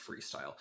freestyle